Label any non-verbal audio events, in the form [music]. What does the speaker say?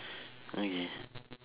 [breath] okay